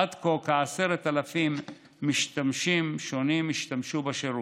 עד כה כ-10,000 משתמשים שונים השתמשו בשירות.